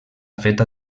feta